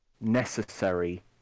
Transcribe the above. necessary